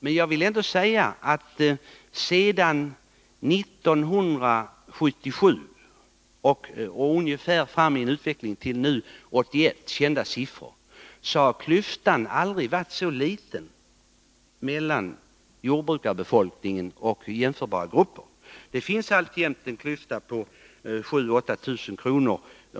Men enligt siffror som beskriver utvecklingen från 1977 fram till 1981 så har klyftan mellan jordbrukarbefolkningen och jämförbara grupper aldrig varit så liten som nu. Det finns alltjämt en klyfta på 7 000-8 000 kr.